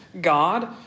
God